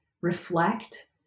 reflect